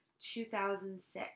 2006